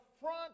front